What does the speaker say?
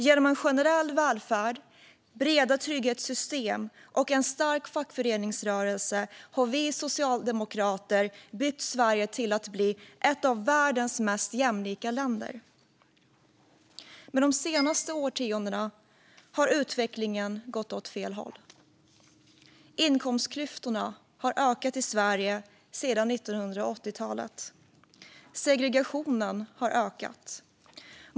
Genom en generell välfärd, breda trygghetssystem och en stark fackföreningsrörelse har Socialdemokraterna byggt Sverige till att bli ett av världens mest jämlika länder. Men de senaste årtiondena har utvecklingen gått åt fel håll. Inkomstklyftorna i Sverige har ökat sedan 1980-talet. Segregationen har ökat.